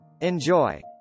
Enjoy